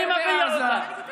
אני מביע אותה.